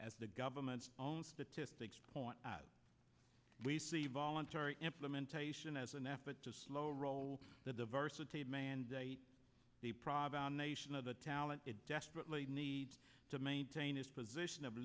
as the government's own statistics point out we see voluntary implementation as an effort to slow roll the diversity mandate the problem nation of the talent it desperately needs to maintain its position of